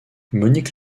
monique